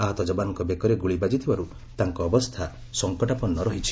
ଆହତ ଯବାନଙ୍କ ବେକରେ ଗୁଳି ବାଜିଥିବାରୁ ତାଙ୍କ ଅବସ୍ଥା ସଂକଟାପନ୍ନ ରହିଛି